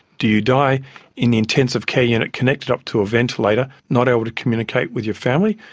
do you die in the intensive care unit connected up to a ventilator, not able to communicate with your family,